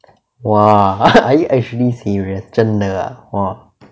!wah! are you actually serious 真的 ah !wah!